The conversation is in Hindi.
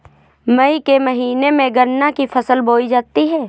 मई के महीने में गन्ना की फसल बोई जाती है